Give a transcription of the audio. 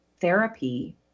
therapy